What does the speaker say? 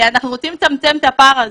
אנחנו רוצים לצמצם את הפער הזה,